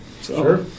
Sure